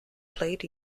played